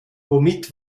womit